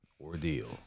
ordeal